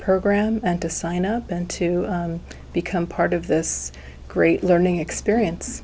program and to sign up and to become part of this great learning experience